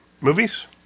Movies